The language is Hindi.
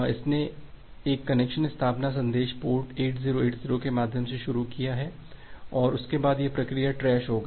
इसने एक कनेक्शन स्थापना संदेश पोर्ट 8080 के माध्यम शुरू किया था और उसके बाद यह प्रक्रिया ट्रैश हो गई